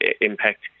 impact